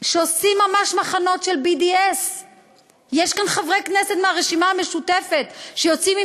שעושים ממש מחנות של BDS. יש כאן חברי כנסת מהרשימה המשותפת שיוצאים עם